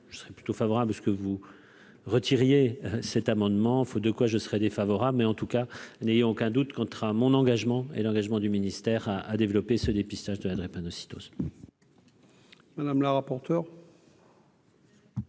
je serais plutôt favorable parce que vous retiriez cet amendement, faut de quoi je serais défavorable mais en tout cas, n'ayez aucun doute contrat mon engagement et l'engagement du ministère à à développer ce dépistage de la drépanocytose.